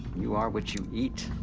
you are what you eat.